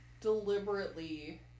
deliberately